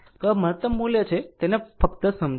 જો આ મહત્તમ મૂલ્ય છે તો તેને ફક્ત સમજો